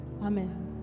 Amen